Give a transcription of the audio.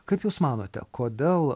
kaip jūs manote kodėl